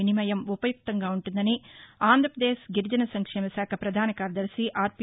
వినిమయం ఉవయుక్తంగా ఉంటుందని అంధ్రావదేశ్ గిరిజన సంక్షేమ శాఖ ప్రధాన కార్యదర్ని ఆర్ పి